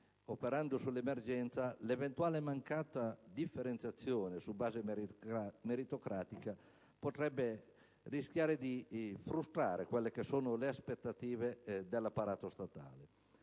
operando nell'emergenza, l'eventuale mancata differenziazione su base meritocratica potrebbe rischiare di frustrare le aspettative dell'apparato statale.